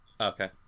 Okay